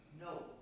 no